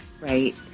right